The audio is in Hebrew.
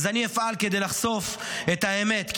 אני אפעל כדי לחשוף את האמת,